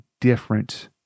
different